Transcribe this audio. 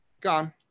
Gone